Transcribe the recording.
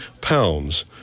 pounds